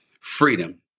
Freedom